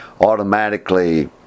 automatically